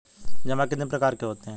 जमा कितने प्रकार के होते हैं?